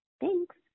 Thanks